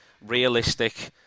realistic